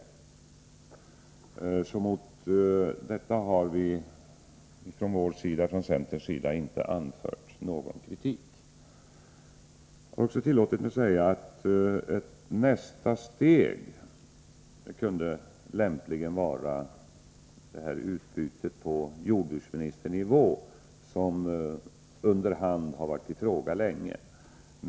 Mot detta har vi från centerns sida inte anfört någon kritik. För det andra har jag tillåtit mig säga att ett nästa steg lämpligen kunde vara det utbyte på jordbruksministernivå som under hand länge har varit i fråga.